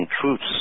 truths